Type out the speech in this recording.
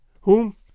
whom